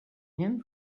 him